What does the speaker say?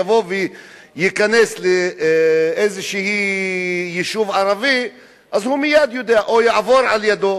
יבוא וייכנס לאיזה יישוב ערבי או יעבור לידו,